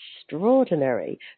extraordinary